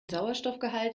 sauerstoffgehalt